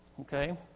Okay